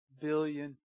billion